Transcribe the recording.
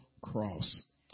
cross